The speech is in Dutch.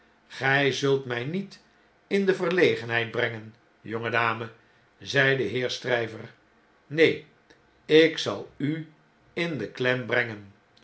gij zult mjjniet in de verlegenheid brengen jonge dame zei de heer stryver neen ik zal u in de klem brengen